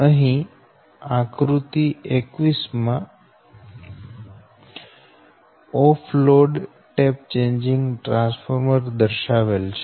અહી આકૃતિ 21 માં off load tap changing transformer દર્શાવેલ છે